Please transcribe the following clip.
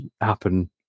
happen